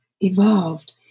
evolved